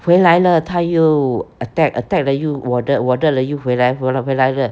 回来了他又 attack attack 了又 warded warded 了又回来 warded 回来